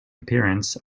appearance